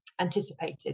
anticipated